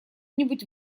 нибудь